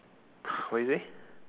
what you say